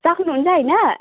सक्नुहुन्छ होइन